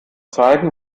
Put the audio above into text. zeigen